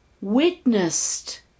witnessed